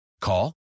call